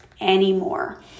anymore